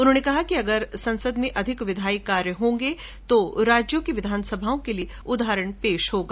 उन्होंने कहा कि अगर संसद में अधिक विधायी कार्य होंगे तो यह राज्यों की विधानसभाओं के लिए उदाहरण प्रस्तुत करेगा